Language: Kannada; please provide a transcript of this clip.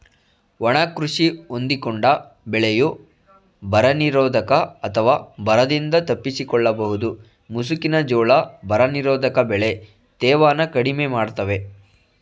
ಒಣ ಕೃಷಿ ಹೊಂದಿಕೊಂಡ ಬೆಳೆಯು ಬರನಿರೋಧಕ ಅಥವಾ ಬರದಿಂದ ತಪ್ಪಿಸಿಕೊಳ್ಳಬಹುದು ಮುಸುಕಿನ ಜೋಳ ಬರನಿರೋಧಕ ಬೆಳೆ ತೇವನ ಕಡಿಮೆ ಮಾಡ್ತವೆ